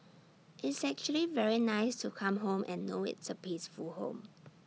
it's actually very nice to come home and know it's A peaceful home